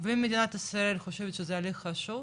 ואם מדינת ישראל חושבת שזה הליך חשוב,